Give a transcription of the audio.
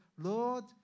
Lord